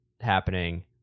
happening